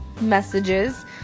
messages